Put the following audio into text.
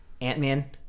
Ant-Man